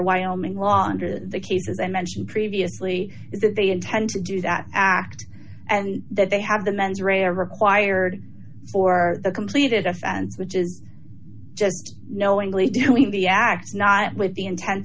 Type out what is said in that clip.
wyoming law under the cases i mentioned previously is that they intend to do that act and that they have the mens rea are required for the completed offense which is just knowingly doing the acts not with the intent